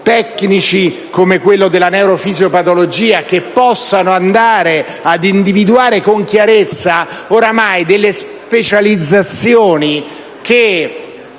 tecnici come quello della neurofisiopatologia, che possano andare ad individuare con chiarezza delle specializzazioni che